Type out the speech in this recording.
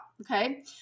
Okay